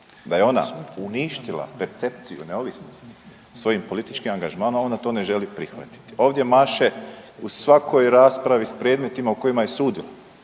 da je ona uništila percepciju neovisnosti svojim političkim angažmanom ona to ne želi prihvatiti. Ovdje maše u svakoj raspravi sa predmetima u kojima je sudila,